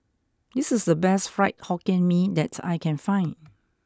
this is the best Fried Hokkien Mee that I can find